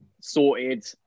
sorted